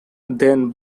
then